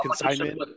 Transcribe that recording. consignment